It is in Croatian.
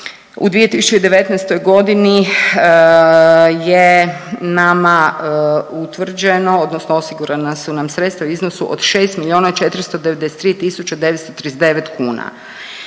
u 2019.g. je nama utvrđeno odnosno osigurana su nam sredstva u iznosu od 6 milijuna